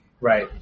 Right